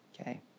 okay